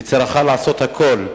והיא צריכה לעשות הכול,